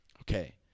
Okay